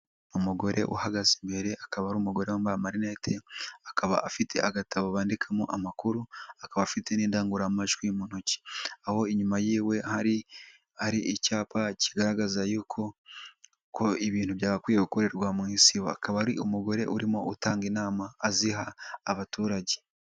Umugore uhagaze imbere akaba ari umugore wambaye amarinete, akaba afite agatabo bandikamo amakuru, akaba afite n'indangururamajwi mu ntoki, aho inyuma y'iwe hari hari icyapa kigaragaza yuko ko ibintu byagakwiye gukorerwa mu isibo, akaba ari umugore urimo gutanga inama aziha abaturage.